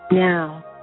Now